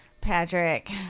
Patrick